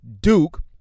Duke